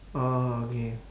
orh okay